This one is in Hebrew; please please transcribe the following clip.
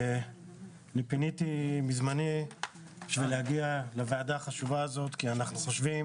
פיניתי מזמני בשביל להגיע לוועדה החשובה הזאת כי אנחנו חושבים